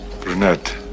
Brunette